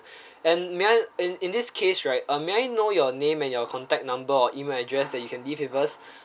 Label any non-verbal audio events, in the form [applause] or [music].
[breath] and may I in in this case right uh may I know your name and your contact number or email address that you can leave with us